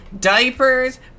diapers